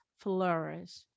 flourish